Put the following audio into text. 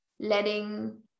letting